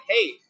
hey